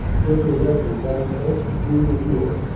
gurgled leslie down close to julia's ear,